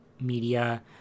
media